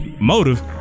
motive